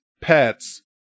pets